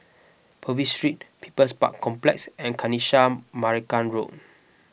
Purvis Street People's Park Complex and Kanisha Marican Road